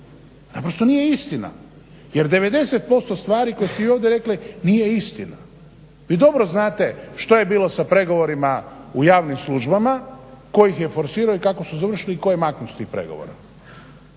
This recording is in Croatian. Naprosto nije istina. Jer 90% stvari koje ste vi ovdje rekli nije istina. Vi dobro znate što je bilo sa pregovorima u javnim službama, tko ih je forsirao i kako su završili i tko je maknut s tih pregovora.